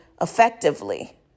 effectively